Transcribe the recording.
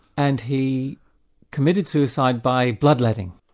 and he committed suicide by blood-letting.